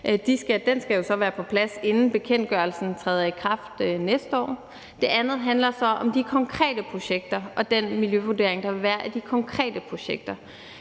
Den skal jo så være på plads, inden bekendtgørelsen træder i kraft næste år. Dels er der de konkrete projekter og den miljøvurdering, der vil være af de konkrete projekter.